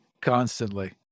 constantly